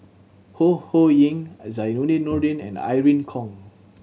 Ho Ho Ying Zainudin Nordin and Irene Khong